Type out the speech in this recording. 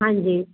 ਹਾਂਜੀ